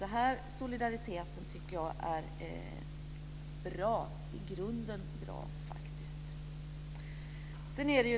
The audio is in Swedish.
Solidariteten är i grunden bra.